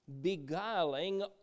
beguiling